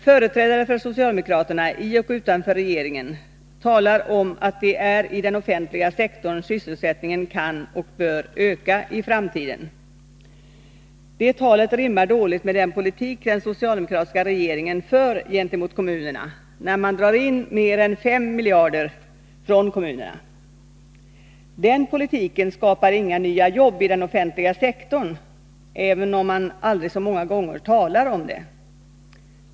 Företrädare för socialdemokraterna, i och utanför regeringen, talar om att det är i den offentliga sektorn sysselsättningen kan och bör öka i framtiden. Det talet rimmar dåligt med den politik den socialdemokratiska regeringen för gentemot kommunerna, när man drar in mer än 5 miljarder kronor från kommunerna. Den politiken skapar inga nya jobb i den offentliga sektorn, även om man aldrig så många gånger talar om det.